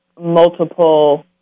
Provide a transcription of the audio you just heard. multiple